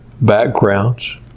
backgrounds